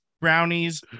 brownies